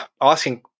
asking